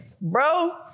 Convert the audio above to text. bro